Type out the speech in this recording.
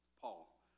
Paul